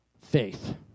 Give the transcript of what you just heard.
faith